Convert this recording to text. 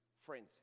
Friends